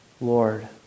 Lord